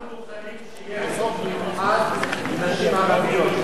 אנחנו מוכנים שיהיה חוק מיוחד לנשים ערביות,